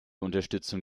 unterstützung